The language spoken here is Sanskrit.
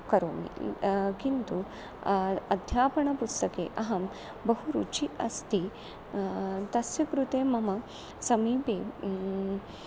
करोमि किन्तु अध्यापनपुस्तके अहं बहु रुचिः अस्ति तस्य कृते मम समीपे